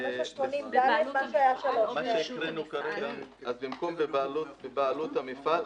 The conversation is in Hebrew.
מה שהקראנו כרגע במקום "בבעלות המפעל",